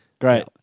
Great